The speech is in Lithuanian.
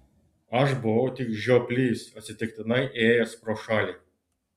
aš buvau tik žioplys atsitiktinai ėjęs pro šalį